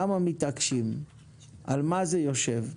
למה מתעקשים ועל מה זה יושב.